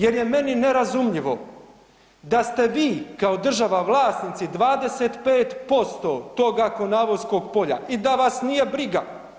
Jer je meni nerazumljivo da ste vi kao država vlasnici 25% toga Konavolskog polja i da vas nije briga.